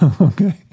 Okay